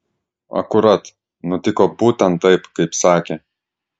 akurat nutiko būtent taip kaip sakė